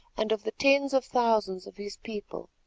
and of the tens of thousands of his people.